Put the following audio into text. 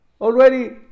already